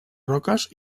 roques